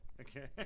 Okay